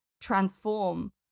transform